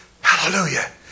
Hallelujah